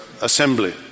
Assembly